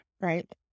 right